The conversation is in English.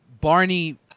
Barney